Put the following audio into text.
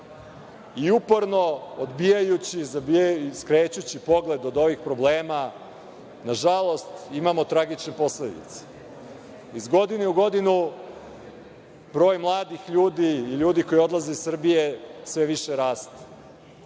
Uporno odbijajući, skrećući pogled od ovih problema nažalost imamo tragične posledice. Iz godine u godinu broj mladih ljudi i ljudi koji odlaze iz Srbije sve više raste,